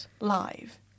live